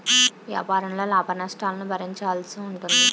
వ్యాపారంలో లాభనష్టాలను భరించాల్సి ఉంటుంది